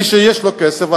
מי שיש לו כסף,